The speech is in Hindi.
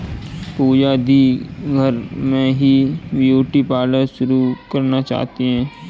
पूजा दी घर में ही ब्यूटी पार्लर शुरू करना चाहती है